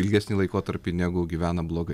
ilgesnį laikotarpį negu gyvena blogai